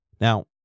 Now